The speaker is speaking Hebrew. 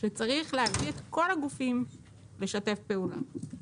שצריך להוביל את כל הגופים לשתף פעולה.